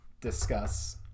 discuss